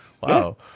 Wow